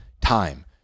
time